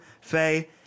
Faye